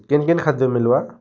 କେନ୍ କେନ୍ ଖାଦ୍ୟ ମିଲ୍ବା